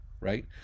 right